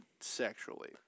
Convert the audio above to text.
sexually